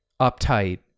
uptight